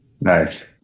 Nice